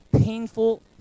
painful